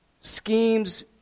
Schemes